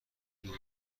دور